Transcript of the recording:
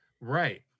Right